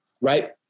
Right